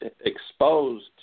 exposed